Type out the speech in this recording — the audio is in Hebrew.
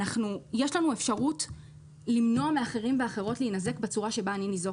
יש לנו אפשרות למנוע מאחרים ואחרות להינזק בצורה שבה אני ניזוקתי.